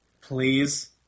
Please